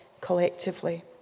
collectively